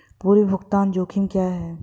पूर्व भुगतान जोखिम क्या हैं?